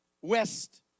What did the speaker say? west